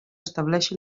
estableixi